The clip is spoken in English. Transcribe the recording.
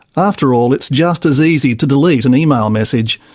after all, it's just as easy to delete an email message.